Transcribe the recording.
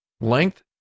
length